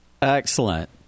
Excellent